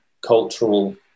cultural